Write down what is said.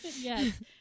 yes